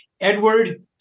Edward